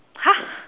!huh!